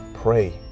pray